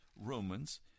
Romans